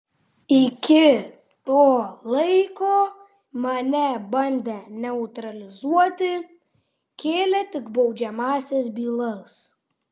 iki to laiko mane bandė neutralizuoti kėlė man baudžiamąsias bylas